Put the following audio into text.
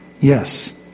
Yes